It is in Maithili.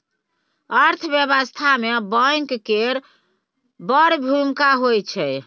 अर्थव्यवस्था मे बैंक केर बड़ भुमिका होइ छै